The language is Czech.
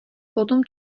potom